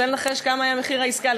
רוצה לנחש כמה היה מחיר העסקה?